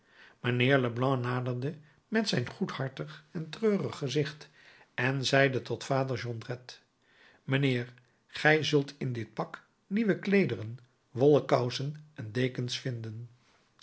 mijnheer leblanc naderde met zijn goedhartig en treurig gezicht en zeide tot vader jondrette mijnheer gij zult in dit pak nieuwe kleederen wollen kousen en dekens vinden